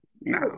no